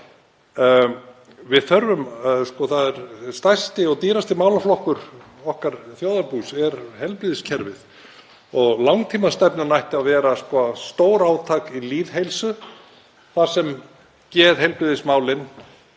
að svo verði. Stærsti og dýrasti málaflokkur okkar þjóðarbús er heilbrigðiskerfið og langtímastefnan ætti að vera stórátak í lýðheilsu þar sem geðheilbrigðismálin